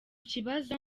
kibazo